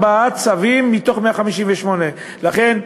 54 צווים מתוך 158. לכן,